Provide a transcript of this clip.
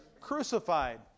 crucified